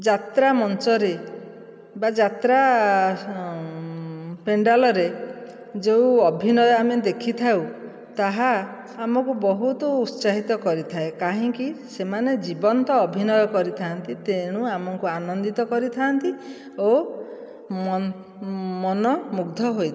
ଯାତ୍ରା ମଞ୍ଚରେ ବା ଯାତ୍ରା ପେଣ୍ଡାଲରେ ଯେଉଁ ଅଭିନୟ ଆମେ ଦେଖିଥାଉ ତାହା ଆମକୁ ବହୁତ ଉତ୍ସାହିତ କରିଥାଏ କାହିଁକି ସେମାନେ ଜୀବନ୍ତ ଅଭିନୟ କରିଥାନ୍ତି ତେଣୁ ଆମକୁ ଆନନ୍ଦିତ କରିଥାନ୍ତି ଓ ମନ ମୁଗ୍ଧ ହୋଇଥାଏ